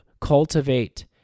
cultivate